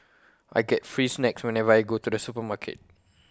I get free snacks whenever I go to the supermarket